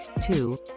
two